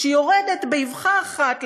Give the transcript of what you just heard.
שיורדת באבחה אחת.